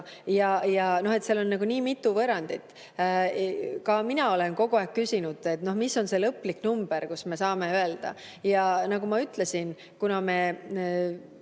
see osa. Seal on nagu nii mitu võrrandit. Ka mina olen kogu aeg küsinud, mis on see lõplik number, mida me saame öelda. Nagu ma ütlesin, kuna 10